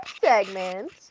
segment